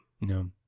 No